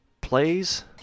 plays